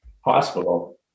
hospital